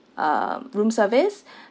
um room service